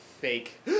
fake